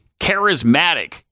charismatic